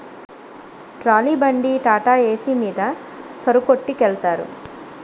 trolley బండి టాటాఏసి మీద సరుకొట్టికెలతారు